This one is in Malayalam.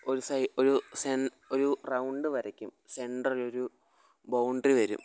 ഒരു സൈ ഒരു സെൻ ഒരു റൗണ്ട് വരക്കും സെൻറ്ററിൽ ഒരു ബൗണ്ടറി വരും